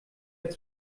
mehr